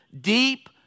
deep